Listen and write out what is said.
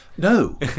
no